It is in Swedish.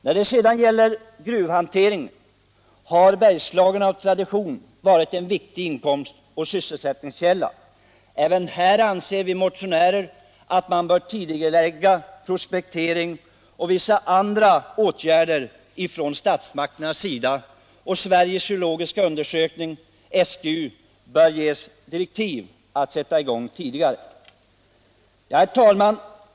När det sedan gäller gruvhanteringen har Bergslagen av tradition varit en viktig inkomst och sysselsättningskälla. Vi motionärer anser att statsmakterna bör tidigarelägga kartering, prospektering och vissa andra åtgärder, och Sveriges geologiska undersökning bör få direktiv att sätta i gång inventeringen tidigare. Herr talman!